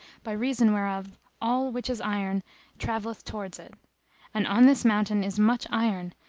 by reason whereof all which is iron travelleth towards it and on this mountain is much iron,